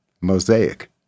Mosaic